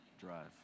drive